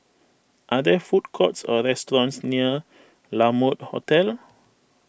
are there food courts or restaurants near La Mode Hotel